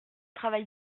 travail